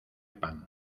pan